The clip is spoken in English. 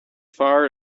far